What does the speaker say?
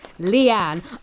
Leanne